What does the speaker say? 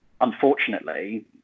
unfortunately